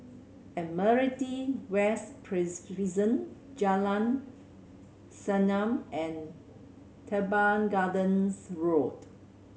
Admiralty West Prison Jalan Senyum and Teban Gardens Road